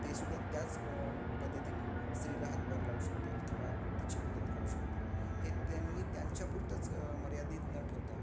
तेसुद्धा त्याच पद्धतीनी स्त्रीला हातभार लावू शकतात किवा तिची मदत करू शकतील हे त्यांनी त्यांच्यापुरतंच मर्यादित न ठेवता